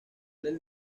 del